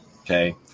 okay